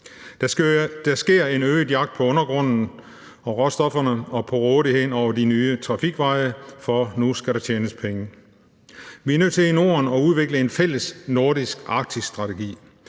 Der sker en øget jagt i undergrunden på råstofferne og på rådigheden over de nye trafikveje, for nu skal der tjenes penge. Vi er nødt til i Norden at udvikle en fællesnordisk arktisk strategi.